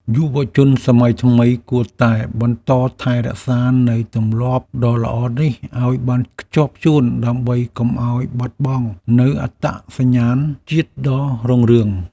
យុវជនសម័យថ្មីគួរតែបន្តថែរក្សានូវទម្លាប់ដ៏ល្អនេះឱ្យបានខ្ជាប់ខ្ជួនដើម្បីកុំឱ្យបាត់បង់នូវអត្តសញ្ញាណជាតិដ៏រុងរឿង។